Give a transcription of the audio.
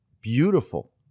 beautiful